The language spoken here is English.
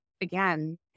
again